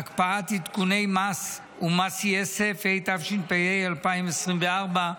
(הקפאת עדכוני מס ומס יסף), התשפ"ה 2024,